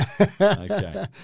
Okay